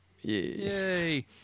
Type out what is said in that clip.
Yay